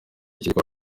gikorwa